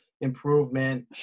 improvement